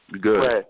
Good